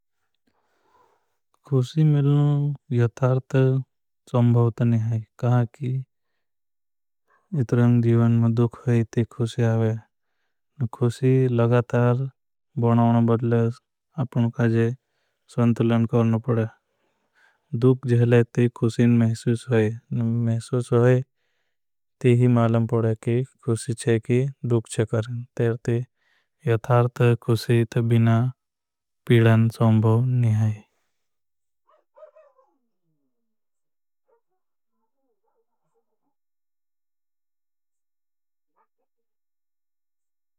खुशी मिलना यतारत स्वंभोत नहीं है। कि इतराँ जीवन में दुख होई ते खुशी। आवे खुशी लगातार बनावना बदले। आपनों काजे संतुलन करना पड़े। जेले ते खुशीन महसूस होई होई। तीही मालं पड़े कि खुशी चे की दुख। चे करें ती यतारत खुशीत बिना। पीड़ान स्वंभो नहीं है।